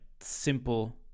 simple